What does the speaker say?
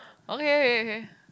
okay okay K